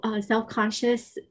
Self-conscious